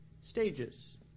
stages